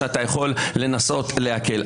שאתה יכול לנסות להקל.